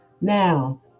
Now